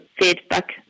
feedback